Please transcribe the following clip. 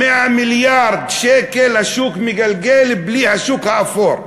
100 מיליארד שקל השוק מגלגל, בלי השוק האפור.